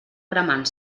cremant